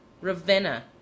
Ravenna